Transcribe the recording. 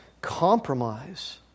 compromise